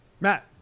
Matt